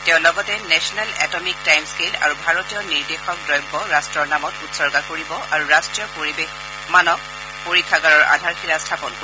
তেওঁ লগতে national atomic timescale আৰু ভাৰতীয় নিৰ্দেশক দ্ৰব্য ৰাষ্ট্ৰ নামত উৎসৰ্গা কৰিব আৰু ৰাষ্টীয় পৰিৱেশ মানক পৰীক্ষাগাৰৰ আধাৰশিলা স্থাপন কৰিব